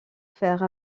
faire